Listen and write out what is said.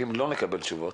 אם לא נקבל תשובות,